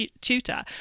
tutor